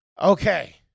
Okay